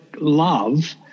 love